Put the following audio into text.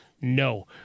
No